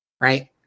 right